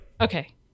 Okay